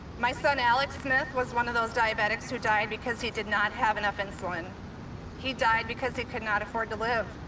my son alec smith was one of those diabetics who died because he did not have enough insulin he died because he could not afford to live.